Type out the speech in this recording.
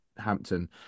Hampton